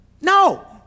No